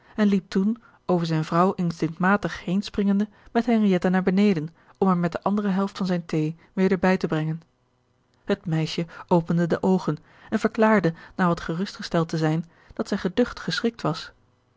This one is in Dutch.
en liep toen over zijne vrouw instinctmatig heen springende met henriëtte naar beneden om haar met de andere helft van zijne thee weder bij te brengen het meisje opende de oogen en verklaarde na wat gerust gesteld te zijn dat zij geducht geschrikt was